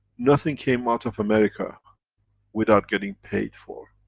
nothing came out of america without getting paid for.